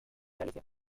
galicia